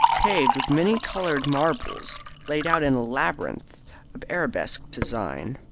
paved with many-coloured marbles laid out in a labyrinth of arabesque design.